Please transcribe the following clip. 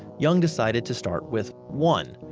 young decided to start with one.